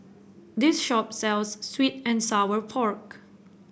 this shop sells sweet and Sour Pork